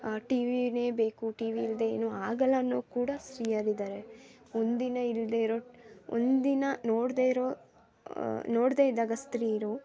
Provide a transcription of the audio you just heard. ಟಿವಿನೇ ಬೇಕು ಟಿವಿ ಇಲ್ಲದೇ ಏನೂ ಆಗೋಲ್ಲ ಅನ್ನೋರು ಕೂಡ ಸ್ತ್ರೀಯರು ಇದ್ದಾರೆ ಒಂದಿನ ಇಲ್ಲದೆ ಇರೋ ಒಂದಿನ ನೋಡದೆ ಇರೋ ನೋಡದೆ ಇದ್ದಾಗ ಸ್ತ್ರೀಯರು